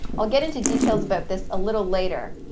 i'll get into details about this a little later,